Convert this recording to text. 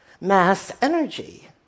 mass-energy